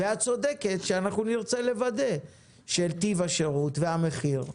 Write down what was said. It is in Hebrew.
את צודקת שאנחנו נרצה לוודא את טיב השירות והמחיר,